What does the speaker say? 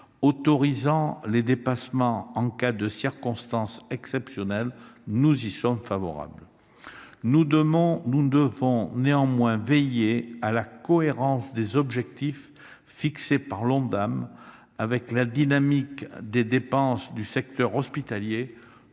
autorisant les dépassements en cas de circonstances exceptionnelles, nous y sommes favorables. Toutefois, nous devrons veiller à la cohérence des objectifs fixés dans l'Ondam avec la dynamique des dépenses du secteur hospitalier,